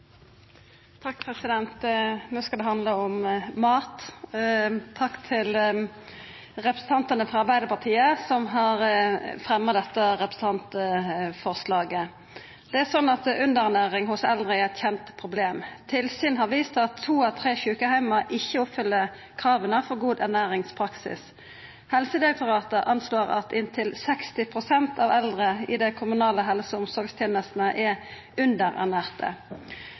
Takk til representantane frå Arbeidarpartiet som har fremja dette representantforslaget. Underernæring hos eldre er eit kjent problem. Tilsyn har vist at to av tre sjukeheimar ikkje oppfyller krava for god ernæringspraksis. Helsedirektoratet anslår at inntil 60 pst. av eldre i dei kommunale helse- og omsorgstenestene er